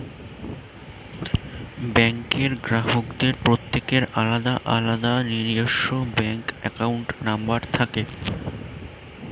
ব্যাঙ্কের গ্রাহকদের প্রত্যেকের আলাদা আলাদা নিজস্ব ব্যাঙ্ক অ্যাকাউন্ট নম্বর থাকে